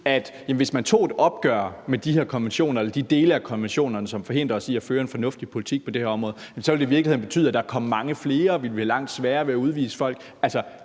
at hvis man tog et opgør med de her konventioner eller de dele af konventionerne, som forhindrer os i at føre en fornuftig politik på det her område, ville det i virkeligheden betyde, at der kom mange flere og vi ville have langt sværere ved at udvise folk.